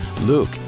Luke